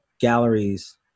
galleries